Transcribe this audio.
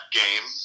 game